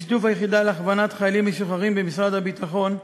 בשיתוף היחידה להכוונת חיילים משוחררים במשרד הביטחון,